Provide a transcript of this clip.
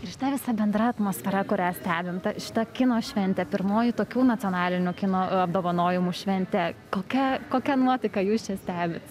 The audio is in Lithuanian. ir šita visa bendra atmosfera kurią stebim šita kino šventė pirmoji tokių nacionalinių kino apdovanojimų šventė kokia kokia nuotaika jūs čia stebit